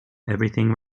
everything